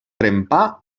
trempar